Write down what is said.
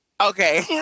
Okay